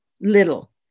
little